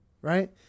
right